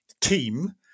team